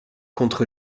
contre